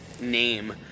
name